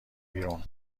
بیرون